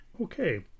Okay